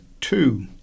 two